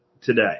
today